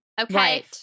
okay